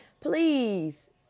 Please